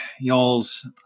y'all's